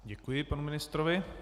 Děkuji panu ministrovi.